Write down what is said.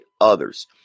others